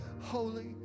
holy